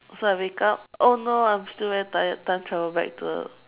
so I wake up oh no I am still very tired time travel back to the